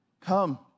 Come